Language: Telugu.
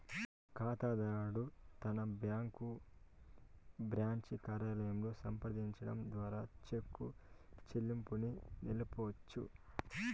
కాతాదారుడు తన బ్యాంకు బ్రాంచి కార్యాలయంలో సంప్రదించడం ద్వారా చెక్కు చెల్లింపుని నిలపొచ్చు